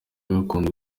gakondo